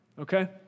Okay